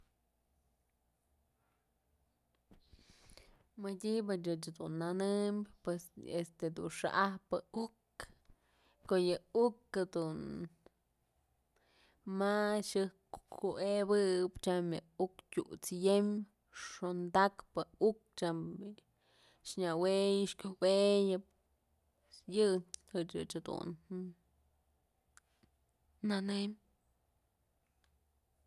Mëdyëbë ëch dun nanëm pues este dun xa'ajpë ukë ko'o yë ukë jedun ma xajkuëbëb tyam yë uk tyut's yëm xondakpë je'e uk tyam bi'i nyawey kyuweyëp yë ëch dun nanëm.